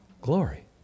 Glory